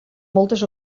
moltes